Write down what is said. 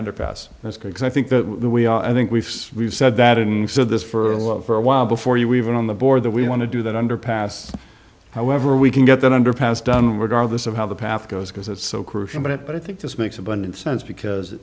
underpass that's because i think that we are i think we've we've said that it said this for a while before you even on the board that we want to do that underpass however we can get that underpass done regardless of how the path goes because it's so crucial but it but i think this makes abundant sense because